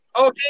okay